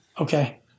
Okay